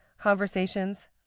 Conversations